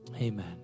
Amen